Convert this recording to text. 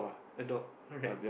a dog right